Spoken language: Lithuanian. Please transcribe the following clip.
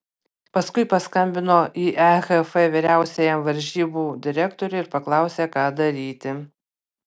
paskui paskambino į ehf vyriausiajam varžybų direktoriui ir paklausė ką daryti